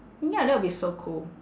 ya that'll be so cool